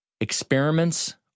Experiments